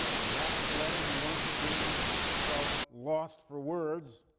in hatton's letter he once again felt lost for words